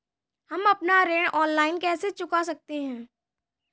हम अपना ऋण ऑनलाइन कैसे चुका सकते हैं?